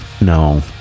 No